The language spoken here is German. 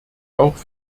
auch